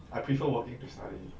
I prefer working to studying